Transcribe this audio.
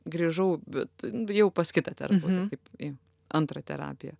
grįžau bet jau pas kitą terapeutą kaip į antrą terapiją